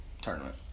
tournament